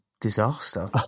disaster